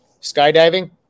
Skydiving